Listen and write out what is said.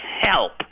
help